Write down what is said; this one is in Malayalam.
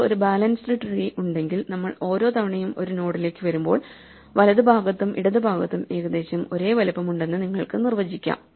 നമുക്ക് ഒരു ബാലൻസ്ഡ് ട്രീ ഉണ്ടെങ്കിൽ നമ്മൾ ഓരോ തവണയും ഒരു നോഡിലേക്ക് വരുമ്പോൾ വലത് ഭാഗത്തും ഇടത് ഭാഗത്തും ഏകദേശം ഒരേ വലുപ്പമുണ്ടെന്ന് നിങ്ങൾക്ക് നിർവചിക്കാം